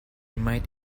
might